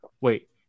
wait